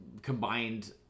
combined